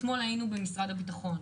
אתמול היינו במשרד הביטחון,